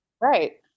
right